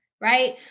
Right